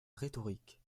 rhétorique